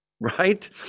right